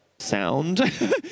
Sound